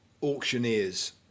auctioneers